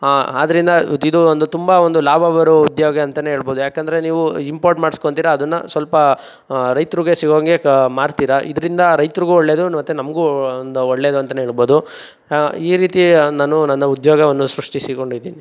ಆದ್ರಿಂದ ಇದು ಒಂದು ತುಂಬ ಒಂದು ಲಾಭ ಬರೋ ಉದ್ಯೋಗ ಅಂತ ಹೇಳ್ಬೌದು ಯಾಕಂದರೆ ನೀವು ಇಂಪೋರ್ಟ್ ಮಾಡಿಸ್ಕೊಂತಿರ ಅದನ್ನು ಸ್ವಲ್ಪ ರೈತರಿಗೆ ಸಿಗೋವಂಗೆ ಕ್ ಮಾರ್ತಿರ ಇದರಿಂದ ರೈತರಿಗೂ ಒಳ್ಳೆದು ಮತ್ತು ನಮಗೂ ಒಂದು ಒಳ್ಳೆದು ಅಂತ ಹೇಳ್ಬೌದು ಈ ರೀತಿ ನಾನು ನನ್ನ ಉದ್ಯೋಗವನ್ನು ಸೃಷ್ಟಿಸಿಕೊಂಡಿದೀನಿ